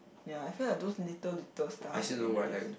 ya I feel like those little little stuff very nice